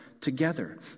together